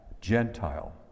Gentile